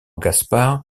gaspar